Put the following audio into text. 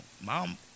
Mom